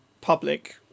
public